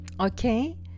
okay